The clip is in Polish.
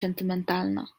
sentymentalna